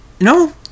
no